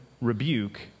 rebuke